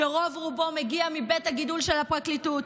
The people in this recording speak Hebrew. רוב-רובו מגיע מבית הגידול של הפרקליטות,